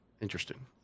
Interesting